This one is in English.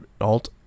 alt